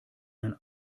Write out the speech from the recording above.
ein